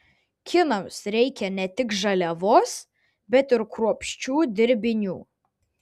kinams reikia ne tik žaliavos bet ir kruopščių dirbinių